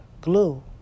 glue